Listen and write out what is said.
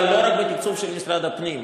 אבל לא רק בתקצוב של משרד הפנים.